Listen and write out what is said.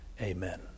amen